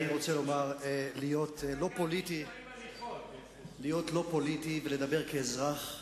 אני רוצה להיות לא פוליטי ולדבר כאזרח,